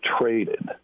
traded